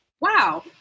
Wow